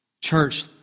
Church